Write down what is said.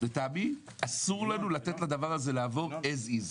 לדעתי אסור לנו לתת לדבר הזה לעבור כפי שהוא.